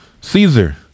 Caesar